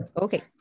Okay